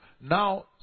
now